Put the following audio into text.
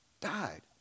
died